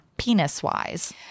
Penis-wise